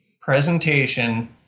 presentation